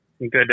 good